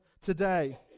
today